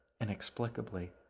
inexplicably